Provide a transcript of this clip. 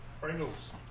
Pringles